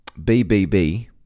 BBB